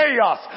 chaos